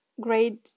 grade